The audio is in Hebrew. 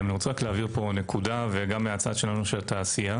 אני רוצה להבהיר נקודה, גם מהצד של התעשייה